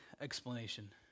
explanation